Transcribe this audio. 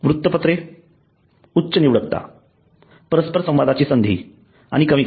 वृत्तपत्रे उच्च निवडकता परस्पर संवादाची संधी आणि कमी खर्च